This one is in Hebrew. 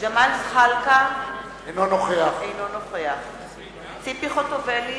ג'מאל זחאלקה, אינו נוכח ציפי חוטובלי,